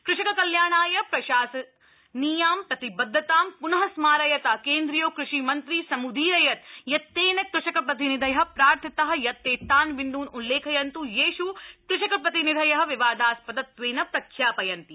कृषक कल्याणाय प्रशासनीयां प्रतिबद्धतां पुनः स्मारयता केन्द्रीयो कृषि मन्त्री समूदीरयत् यत् तेन कृषक प्रतिनिधय प्रार्थिता यत् ते तान् बिन्दून् उल्लेखयन्त् येष् कृषक प्रति निधय विवादास् दत्वेन प्रख्या यन्ति